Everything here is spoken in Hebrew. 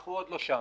אנחנו עוד לא שם,